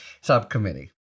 subcommittee